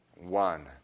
One